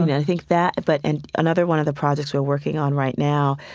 i think that, but, and another one of the projects we're working on right now,